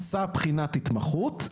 עשה בחינת התמחות.